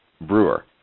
Brewer